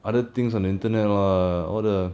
other things on the internet lah all the